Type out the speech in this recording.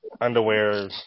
underwear